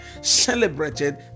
celebrated